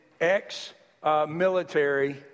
ex-military